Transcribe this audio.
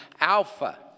Alpha